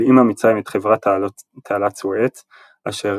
הלאימה מצרים את חברת תעלת סואץ אשר